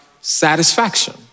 satisfaction